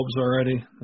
already